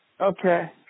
Okay